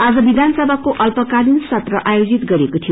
आज विधानसभाको अल्पकालिन सत्र आयोजित गरिएको थियो